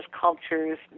cultures